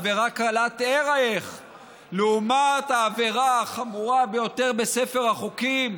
עבירה קלת ערך לעומת העבירה החמורה ביותר בספר החוקים: